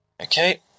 Okay